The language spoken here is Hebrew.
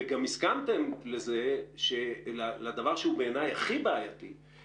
וגם הסכמתם לדבר שהוא הכי בעייתי בעיניי,